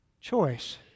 choice